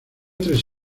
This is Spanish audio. tres